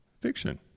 fiction